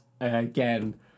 again